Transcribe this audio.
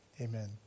amen